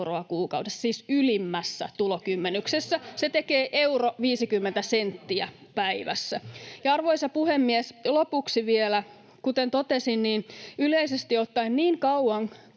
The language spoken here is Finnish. alvi?] siis ylimmässä tulokymmenyksessä se tekee euron ja 50 senttiä päivässä. Arvoisa puhemies! Lopuksi vielä: Kuten totesin, yleisesti ottaen niin kauan